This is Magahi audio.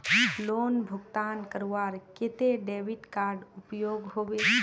लोन भुगतान करवार केते डेबिट कार्ड उपयोग होबे?